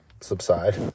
subside